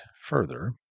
further